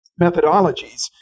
methodologies